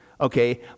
okay